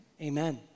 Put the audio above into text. Amen